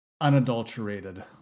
unadulterated